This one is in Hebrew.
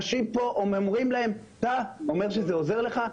אתה אומר שזה עוזר לך?